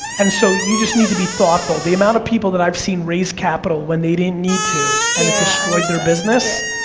and so, you just need to be thoughtful. the amount of people that i've seen raise capital when they didn't need to and it destroyed their business,